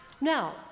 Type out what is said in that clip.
Now